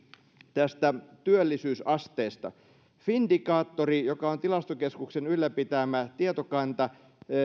tästä työllisyysasteesta findikaattorissahan joka on tilastokeskuksen ylläpitämä tietokanta